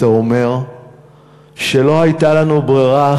אתה אומר שלא הייתה לנו ברירה,